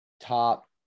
top